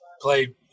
play